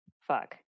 Fuck